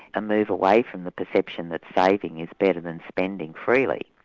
and move away from the perception that saving is better than spending freely,